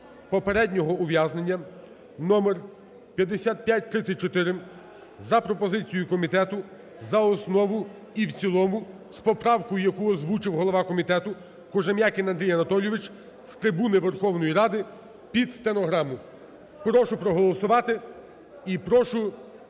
попереднього ув'язнення (номер 5534) за пропозицією комітету за основу і в цілому з поправкою, яку озвучив голова комітету Кожем'якін Андрій Анатолійович з трибуни Верховної Ради під стенограму. Прошу проголосувати і прошу